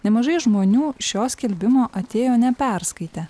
nemažai žmonių šio skelbimo atėjo neperskaitę